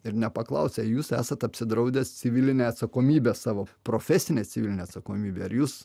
ir nepaklausia jūs esat apsidraudęs civiline atsakomybe savo profesine civiline atsakomybe ar jūs